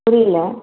புரியல